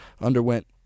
underwent